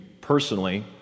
personally